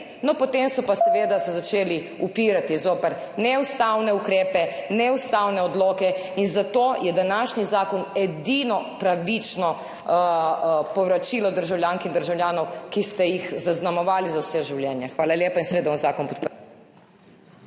so se pa seveda začeli upirati zoper neustavne ukrepe, neustavne odloke in zato je današnji zakon edino pravično povračilo državljankam in državljanom, ki ste jih zaznamovali za vse življenje. Hvala lepa in seveda bom zakon podprla